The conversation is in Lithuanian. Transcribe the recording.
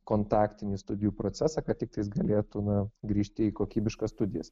kontaktinį studijų procesą kad tiktai galėtų na grįžti į kokybiškas studijas